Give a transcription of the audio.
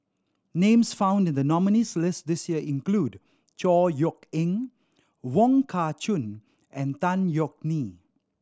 names found in the nominees' list this year include Chor Yeok Eng Wong Kah Chun and Tan Yeok Nee